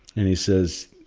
and he says,